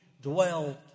dwelled